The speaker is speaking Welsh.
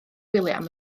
william